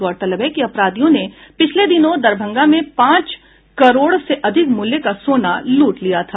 गौरतलब है कि अपराधियों ने पिछले दिनों दरभंगा में पांच करोड़ से अधिक मूल्य का सोना लूट लिया था